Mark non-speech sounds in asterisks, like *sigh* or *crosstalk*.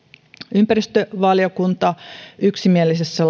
ympäristövaliokunta yksimielisessä *unintelligible*